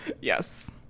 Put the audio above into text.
Yes